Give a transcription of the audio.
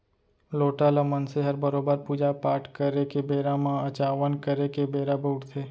लोटा ल मनसे हर बरोबर पूजा पाट करे के बेरा म अचावन करे के बेरा बउरथे